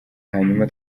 hanyuma